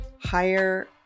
higher